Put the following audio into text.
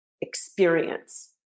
experience